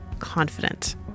confident